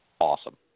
awesome